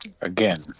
Again